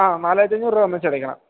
ആ നാലായിരത്തി അഞ്ഞൂറ് രൂപ ഒന്നിച്ചടയ്ക്കണം